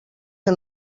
que